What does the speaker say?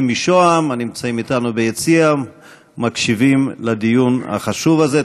משוהם הנמצאים אתנו ביציע ומקשיבים לדיון החשוב הזה.